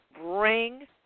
Bring